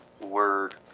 word